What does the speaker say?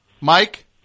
Mike